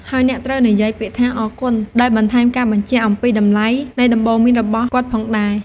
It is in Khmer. ហើយអ្នកត្រូវនិយាយពាក្យថា អរគុណ ដោយបន្ថែមការបញ្ជាក់អំពីតម្លៃនៃដំបូន្មានរបស់គាត់ផងដែរ។